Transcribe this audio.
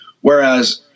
Whereas